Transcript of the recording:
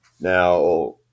now